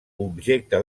objecte